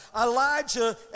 Elijah